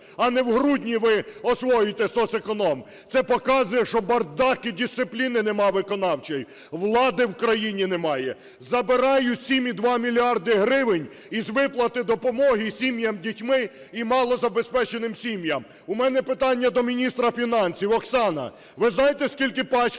а не в грудні ви освоюєте соцеконом. Це показує, що бардак і дисципліни нема виконавчої, влади в країні немає! Забирають 7,2 мільярди гривень із виплати допомоги сім'ям з дітьми і малозабезпеченим сім'ям! У мене питання до міністра фінансів: Оксана, ви знаєте, скільки пачка